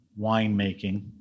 winemaking